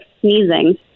sneezing